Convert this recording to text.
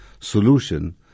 solution